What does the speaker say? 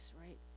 right